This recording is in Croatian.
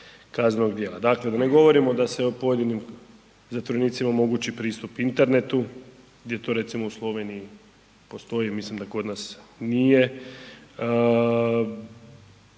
kaznenog djela, dakle da ne govorimo da se pojedinim zatvorenicima omogući pristup internetu gdje to recimo u Sloveniji postoji, mislim da kod nas nije,